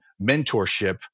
mentorship